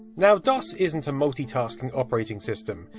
now, dos isn't a multitasking operating system,